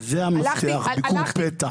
--- זה המפתח, ביקור פתע.